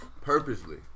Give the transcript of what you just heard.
purposely